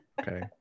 okay